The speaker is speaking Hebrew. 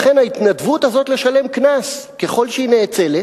לכן ההתנדבות הזאת לשלם קנס, ככל שהיא נאצלת,